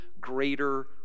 greater